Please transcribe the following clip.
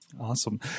Awesome